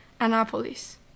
Annapolis